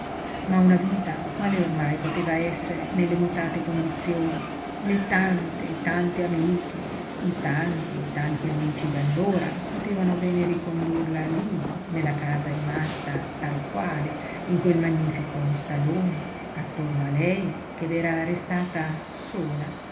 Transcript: ma una vita quale ormai poteva essere nelle mutate condizioni le tante e tante amiche i tanti e tanti amici d'allora potevano bene ricondurla lí nella casa rimasta tal quale in quel magnifico salone attorno a lei che v'era restata sola